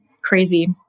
Crazy